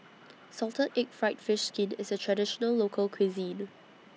Salted Egg Fried Fish Skin IS A Traditional Local Cuisine